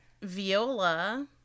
Viola